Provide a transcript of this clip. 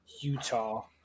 Utah